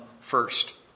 first